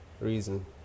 reason